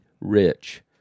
Rich